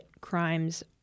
crimes